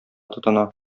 тотына